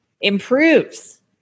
Improves